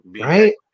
Right